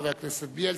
חבר הכנסת בילסקי,